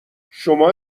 شما